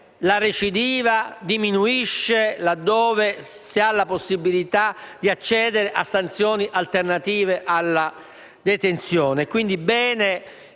la recidiva diminuisca laddove si ha la possibilità di accedere a sanzioni alternative alla detenzione.